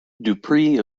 dupree